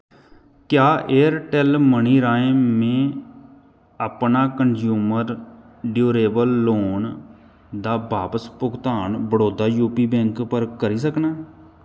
क्या Airtel money राहें मैं अपना कनज्यूमर ड्यूरेबल लोन दा बापस भुगतान बड़ौदा यूपी बैंक पर करी सकनां